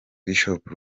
bishop